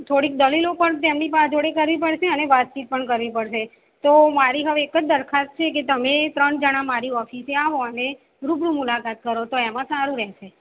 થોડીક દલીલો પણ તેમની પા જોડે કરવી પડશે અને વાતચીત પણ કરવી પડશે તો મારી હવે એક જ દરખાસ્ત છે કે તમે ત્રણ જણા મારી ઓફીસે આવો અને રૂબરૂ મુલાકાત કરો તો એમાં સારું રહેશે